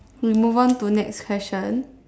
we move on to next question